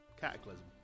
Cataclysm